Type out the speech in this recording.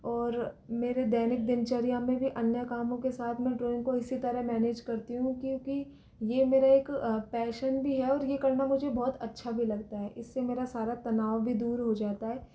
और मेरे दैनिक दिनचर्या में भी अन्य कामों के साथ में ड्रॉइंग को इसी तरह मैनेज करती हूँ क्योंकि यह मेरा एक पैशन भी है और यह करना मुझे बहुत अच्छा भी लगता है इससे मेरा सारा तनाव भी दूर हो जाता है